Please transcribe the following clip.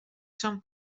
són